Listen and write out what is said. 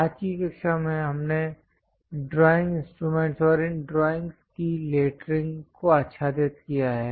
आज की कक्षा में हमने ड्राइंग इंस्ट्रूमेंटस् और इन ड्रॉइंगस् की लेटरिंग को आच्छादित किया है